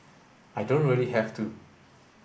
I don't really have to